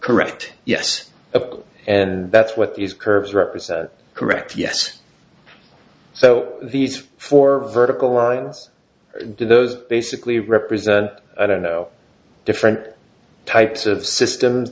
correct yes of and that's what these curves represent correct yes so these four vertical winds those basically represent i don't know different types of systems